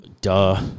Duh